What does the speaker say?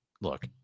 look